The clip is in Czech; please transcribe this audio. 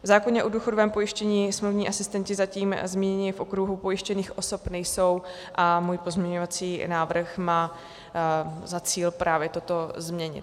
V zákoně o důchodovém pojištění smluvní asistenti zatím zmíněni v okruhu pojištěných osob nejsou a můj pozměňovací návrh má za cíl právě toto změnit.